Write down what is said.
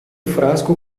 frasco